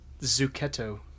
zucchetto